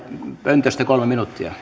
pöntöstä kolme minuuttia